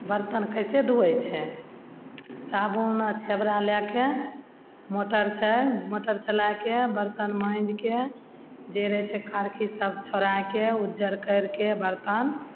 बर्तन कैसे धोवै छै साबुन आओर छेबरा लएके मोटरसँ मोटर चलायके बर्तन माँजिके जे रहय छै कारखी सब छोड़ायके उज्जर करिके बर्तन